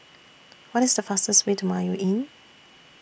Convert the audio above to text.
What IS The fastest Way to Mayo Inn